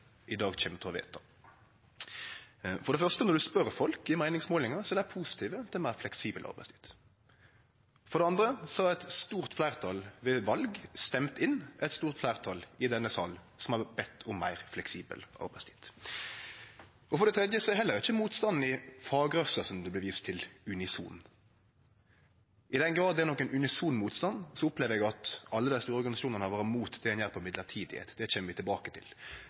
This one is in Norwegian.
i dag kjem til å vedta. For det første: Når ein spør folk i meiningsmålingar, er dei positive til meir fleksibel arbeidstid. For det andre har eit stort fleirtal ved val stemt inn eit stort fleirtal i denne salen som har bedt om meir fleksibel arbeidstid. For det tredje er heller ikkje motstanden i fagrørsla, som det blir vist til, unison. I den grad det er nokon unison motstand, opplever eg at alle dei store organisasjonane har vore imot det som gjeld mellombels tilsetjing. Det kjem vi tilbake til.